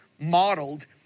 modeled